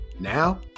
Now